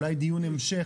אולי לדיון המשך,